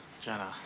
Jenna